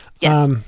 Yes